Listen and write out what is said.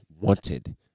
wanted